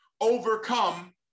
overcome